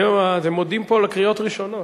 היום מודים בקריאות הראשונות.